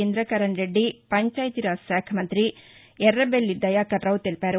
ఇంద్రకరణ్ రెడ్డి పంచాయతీరాజ్ శాఖ మంతి ఎర్రబెల్లి దయాకరరావు తెలిపారు